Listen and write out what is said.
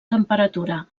temperatura